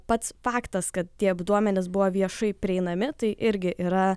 pats faktas kad tie duomenys buvo viešai prieinami tai irgi yra